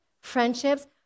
friendships